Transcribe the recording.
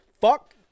fuck